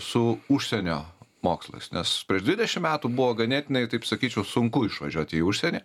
su užsienio mokslais nes prieš dvidešim metų buvo ganėtinai taip sakyčiau sunku išvažiuot į užsienį